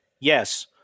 Yes